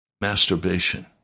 masturbation